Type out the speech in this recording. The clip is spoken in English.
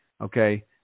Okay